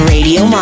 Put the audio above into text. Radio